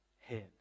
head